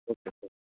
okay